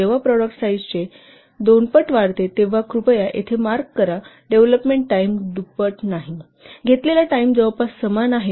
कृपया येथे मार्क करा जेव्हा प्रॉडक्ट साईज दुप्पट वाढते तेव्हा डेव्हलोपमेंट टाईम दुप्पट वाढत नाही